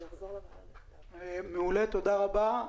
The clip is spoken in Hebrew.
תודה רבה.